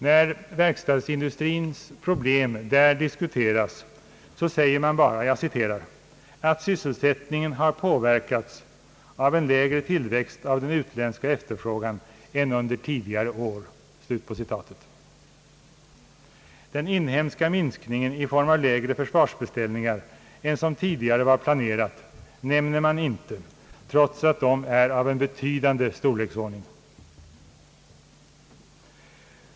När verkstadsindustrins problem där diskuteras säger man bara att »sysselsättningen har påverkats av en lägre tillväxt av den utländska efterfrågan än under tidigare år». Den inhemska minskningen i form av mindre försvarsbeställningar än som tidigare var planerat nämner man inte, trots att den är av betydande storleksordning.